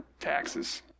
taxes